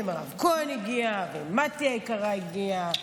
הינה מירב כהן הגיעה ומטי היקרה הגיעה,